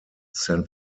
san